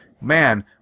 man